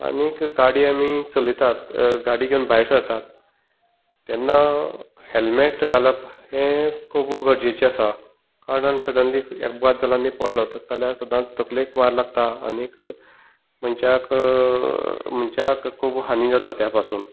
गाडी आमी चलयतात गाडी घेवून भायर सरतात तेन्ना हॅलमेट घालप हें खूब गरजेचें आसा कारण आमकां सडनली अपघात जालो आनी पडलो तस जाल्यार तकलेक मार लागता आनीक मनशाक खूब हानी जाता त्या पसून